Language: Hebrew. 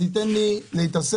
תיתן לי להתעסק,